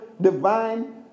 divine